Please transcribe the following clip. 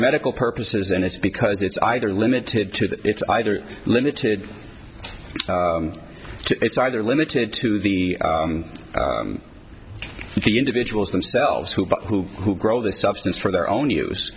medical purposes and it's because it's either limited to that it's either limited to it's either limited to the individuals themselves who who who grow the substance for their own use